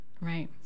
Right